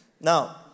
Now